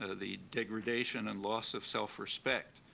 ah the degradation and loss of self-respect,